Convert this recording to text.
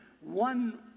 one